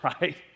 right